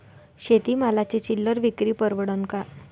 शेती मालाची चिल्लर विक्री परवडन का?